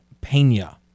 Pena